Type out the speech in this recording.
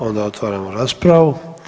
Onda otvaramo raspravu.